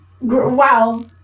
wow